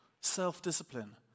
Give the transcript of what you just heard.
self-discipline